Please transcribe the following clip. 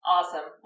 Awesome